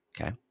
Okay